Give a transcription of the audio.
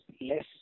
less